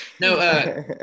No